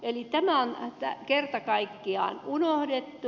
eli tämä on kerta kaikkiaan unohdettu